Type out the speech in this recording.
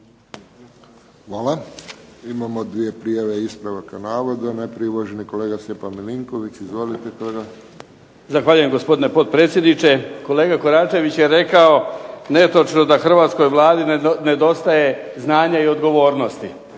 Hvala. Imamo dvije prijave ispravaka navoda. Najprije uvaženi kolega Stjepan Milinković. Izvolite kolega. **Milinković, Stjepan (HDZ)** Zahvaljujem gospodine potpredsjedniče. Kolega Koračević je rekao netočno da hrvatskoj Vladi nedostaje znanja i odgovornosti.